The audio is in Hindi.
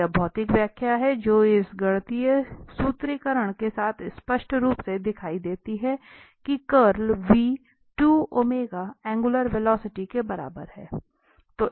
तो यह भौतिक व्याख्या है जो इस गणितीय सूत्रीकरण के साथ स्पष्ट रूप से दिखाई देती है कि कर्ल एंगुलर वेलॉसिटी के बराबर है